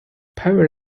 perry